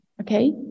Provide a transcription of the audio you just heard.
okay